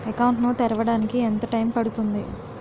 Account ను తెరవడానికి ఎంత టైమ్ పడుతుంది?